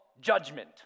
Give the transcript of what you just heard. judgment